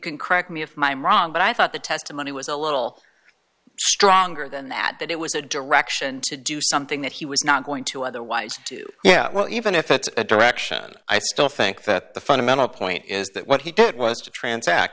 can correct me if i'm wrong but i thought the testimony was a little stronger than that that it was a direction to do something that he was not going to otherwise yeah well even if it's a direction i still think that the fundamental point is that what he did was to trans